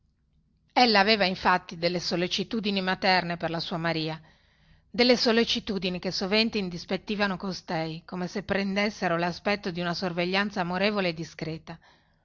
ella aveva infatti delle sollecitudini materne per la sua maria delle sollecitudini che sovente indispettivano costei come se prendessero laspetto di una sorveglianza amorevole e discreta